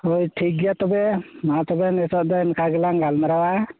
ᱦᱚᱭ ᱴᱷᱤᱠ ᱜᱮᱭᱟ ᱛᱚᱵᱮ ᱢᱟ ᱛᱚᱵᱮ ᱱᱤᱛᱚᱜ ᱫᱚ ᱤᱱᱠᱟ ᱜᱮᱞᱟᱝ ᱜᱟᱞᱢᱟᱨᱟᱣᱟ